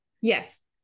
Yes